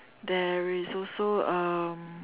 there is also um